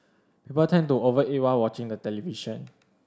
people tend to over eat while watching the television